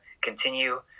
continue